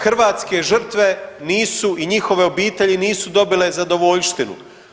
Hrvatske žrtve nisu i njihove obitelji nisu dobile zadovoljštinu.